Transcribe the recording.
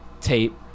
tape